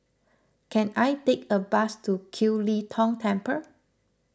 can I take a bus to Kiew Lee Tong Temple